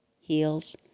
heels